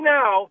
now